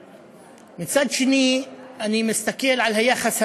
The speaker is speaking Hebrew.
מצד שני, אני מסתכל על היחס המפלה,